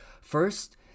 first